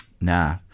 Nah